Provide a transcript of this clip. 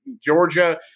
Georgia